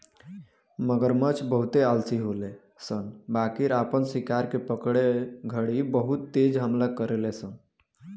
मगरमच्छ बहुते आलसी होले सन बाकिर आपन शिकार के पकड़े घड़ी बहुत तेज हमला करेले सन